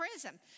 prison